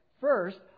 First